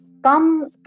come